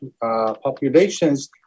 populations